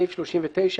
בסעיף 39,